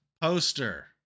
poster